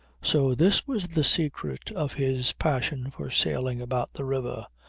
so this was the secret of his passion for sailing about the river,